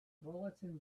bulletin